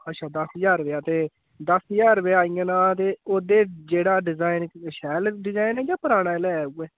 अच्छा दस ज्हार रपेआ ते दस ज्हार रपेआ आई जाना ते ओह्दे च जेह्ड़ा डिज़ाइन शैल डिज़ाइन जां पराना आह्ला उ'ऐ